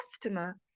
customer